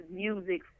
music